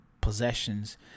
possessions